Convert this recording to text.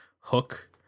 hook